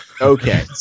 Okay